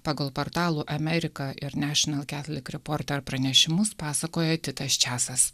pagal portalų amerika ir national catholic reporter pranešimus pasakoja titas česas